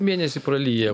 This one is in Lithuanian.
mėnesį pralyja